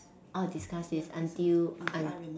oh discuss this until after lunch